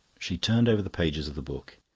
she turned over the pages of the book.